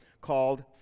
called